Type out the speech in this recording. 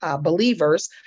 Believers